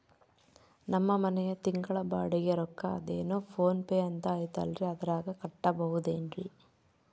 ನಮ್ಮ ಮನೆಯ ತಿಂಗಳ ಬಾಡಿಗೆ ರೊಕ್ಕ ಅದೇನೋ ಪೋನ್ ಪೇ ಅಂತಾ ಐತಲ್ರೇ ಅದರಾಗ ಕಟ್ಟಬಹುದೇನ್ರಿ?